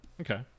Okay